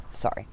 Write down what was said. Sorry